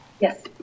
Yes